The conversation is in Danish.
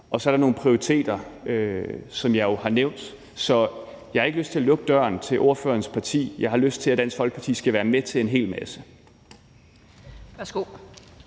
og så er der nogle prioriteter, som jeg jo har nævnt. Så jeg har ikke lyst til at lukke døren til ordførerens parti. Jeg har lyst til, at Dansk Folkeparti skal være med til en hel masse.